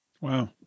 Wow